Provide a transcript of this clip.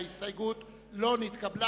שההסתייגות לא נתקבלה.